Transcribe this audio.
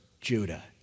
Judah